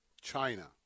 China